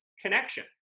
connection